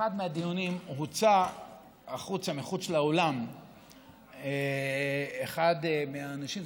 באחד מהדיונים הוצא מחוץ לאולם אחד מהאנשים,